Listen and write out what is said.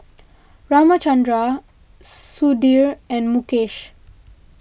Ramchundra Sudhir and Mukesh